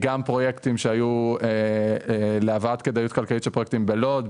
היו פרויקטים להבאת כדאיות כלכלית לפרויקטים בלוד,